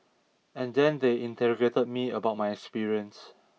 and then they interrogated me about my experience